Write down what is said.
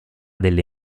delle